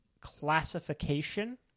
classification